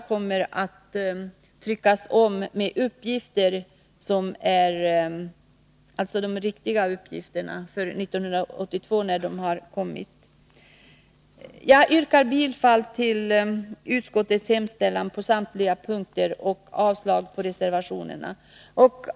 När de definitiva uppgifterna för 1982 har framräknats kommer bilagan att tryckas om. Med detta, herr talman, yrkar jag bifall till utskottets hemställan på samtliga punkter och avslag på reservationerna.